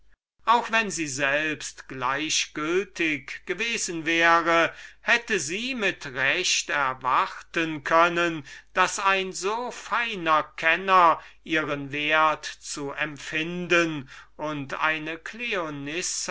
auch wenn sie selbst gleichgültig gewesen wäre hätte sie mit recht erwarten können daß ein so feiner kenner ihren wert zu empfinden und eine